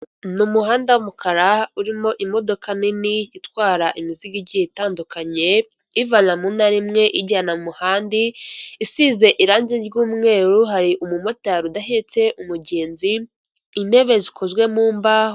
Ni umuhanda w'umukara urimo imodoka nini itwara imizigo igiye itandukanye, iyivana mu ntara imwe iyijyana mu handi, isize irangi ry'umweru hari umumotari udahetse umugenzi intebe zikozwe mu mbaho.